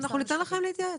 אנחנו ניתן לכם להתייעץ,